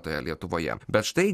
toje lietuvoje bet štai